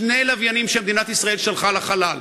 שני לוויינים שמדינת ישראל שלחה לחלל,